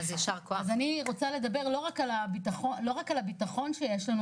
אז אני רוצה לדבר לא רק על הביטחון שיש לנו,